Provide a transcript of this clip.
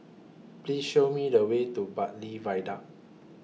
Please Show Me The Way to Bartley Viaduct